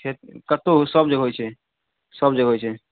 खेत कतहु सभजगह होइ छै सभजगह होइ छै